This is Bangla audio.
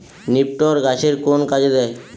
নিপটর গাছের কোন কাজে দেয়?